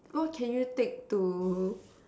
what can you take to